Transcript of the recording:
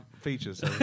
features